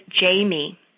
Jamie